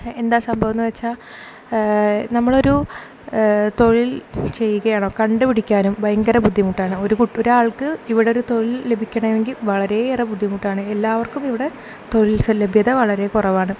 എന്താണ് സംഭവം എന്ന് വച്ചാൽ നമ്മൾ ഒരു തൊഴിൽ ചെയ്യുകയാണോ കണ്ട് പിടിക്കാനും ഭയങ്കര ബുദ്ധിമുട്ടാണ് ഒരു കു ഒരാൾക്ക് ഇവിടൊ ഒരു തൊഴിൽ ലഭിക്കണമെങ്കിൽ വളരെയേറെ ബുദ്ധിമുട്ടാണ് എല്ലാവർക്കും ഇവിടെ തൊഴിൽ ലഭ്യത വളരെ കുറവാണ്